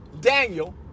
Daniel